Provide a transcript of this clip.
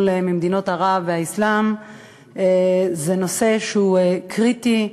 ממדינות ערב והאסלאם זה נושא שהוא קריטי,